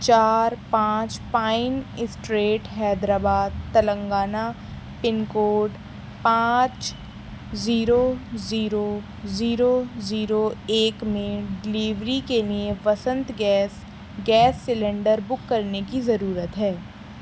چار پانچ Pine Street Hyderabad Telangana pin code پانچ زیرو زیرو زیرو زیرو ایک میں ڈیلیوری کے لیے Vasant gas gas cylinder book کرنے کی ضرورت ہے